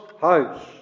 house